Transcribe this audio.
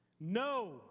No